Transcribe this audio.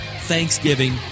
Thanksgiving